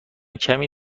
کمی